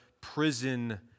prison